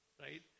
right